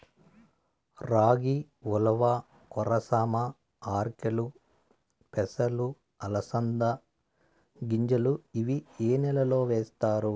రాగి, ఉలవ, కొర్ర, సామ, ఆర్కెలు, పెసలు, అలసంద గింజలు ఇవి ఏ నెలలో వేస్తారు?